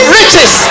riches